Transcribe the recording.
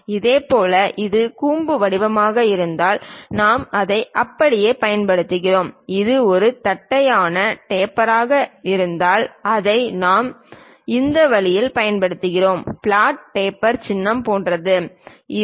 இதேபோல் இது கூம்பு வடிவமாக இருந்தால் நாம் அதை அப்படியே பயன்படுத்துகிறோம் இது ஒரு தட்டையான டேப்பராக இருந்தால் அதை நாம் இந்த வழியில் பயன்படுத்துகிறோம் பிளாட் டேப்பர் சின்னம் போன்றது இது